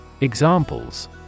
Examples